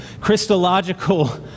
Christological